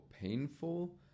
painful